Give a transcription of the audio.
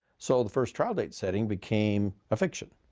so the first trial date setting became a fiction.